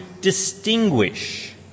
distinguish